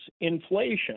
inflation